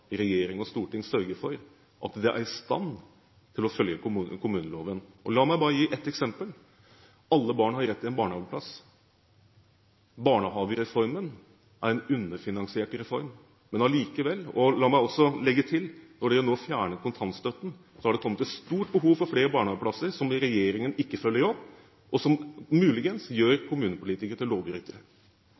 regjering og storting sørge for at de er i stand til å følge kommuneloven. La meg bare gi ett eksempel: Alle barn har rett til en barnehageplass. Barnehagereformen er en underfinansiert reform. La meg også legge til: Når man nå har fjernet kontantstøtten, har det blitt et stort behov for flere barnehageplasser, som regjeringen ikke følger opp – og som muligens gjør kommunepolitikere til lovbrytere.